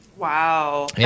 Wow